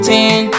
Ten